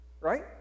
right